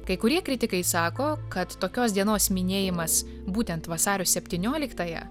kai kurie kritikai sako kad tokios dienos minėjimas būtent vasario septynioliktąją